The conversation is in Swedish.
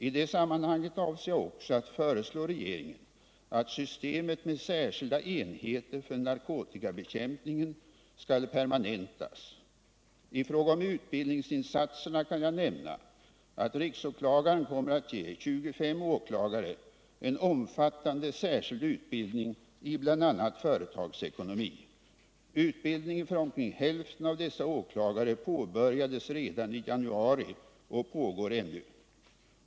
I det sammanhanget avser jag också att föreslå regeringen att systemet med särskilda enheter för narkotikabekämpningen skall permanentas. I fråga om utbildningsinsatserna kan jag nämna att riksåklagaren kommer att ge 25 åklagare en omfattande särskild utbildning i bl.a. företagsekonomi. Utbildningen för omkring hälften av dessa åklagare påbörjades redan i januari och pågår ännu.